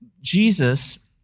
Jesus